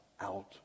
out